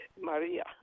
Maria